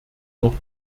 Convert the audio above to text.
noch